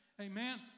Amen